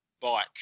bike